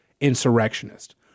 insurrectionist